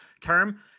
term